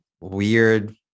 weird